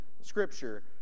Scripture